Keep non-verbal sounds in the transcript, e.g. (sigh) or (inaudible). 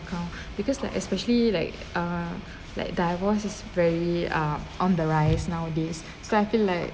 account (breath) because like especially like err like divorce is very are on the rise nowadays so I feel like